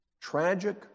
tragic